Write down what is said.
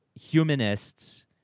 humanists